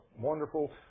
wonderful